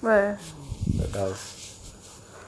but also